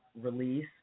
release